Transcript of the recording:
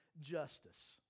justice